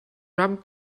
rum